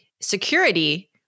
security